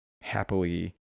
happily